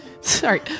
Sorry